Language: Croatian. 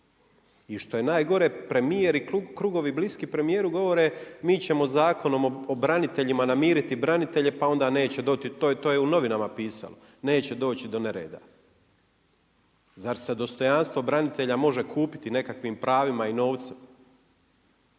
I što je najgore premjer i krugovi bliski premjeru govore mi ćemo Zakonom o braniteljima namiriti branitelje, pa onda neće, to je u novinama pisalo, neće doći do nereda. Zar se dostojanstvo branitelja može kupiti nekakvim pravima i novcem?